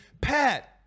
Pat